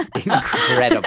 incredible